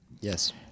Yes